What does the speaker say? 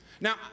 Now